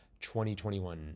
2021